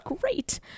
great